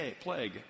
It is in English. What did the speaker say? plague